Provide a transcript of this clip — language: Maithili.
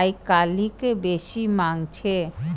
आइकाल्हि बेसी मांग छै